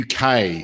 UK